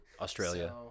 Australia